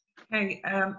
Okay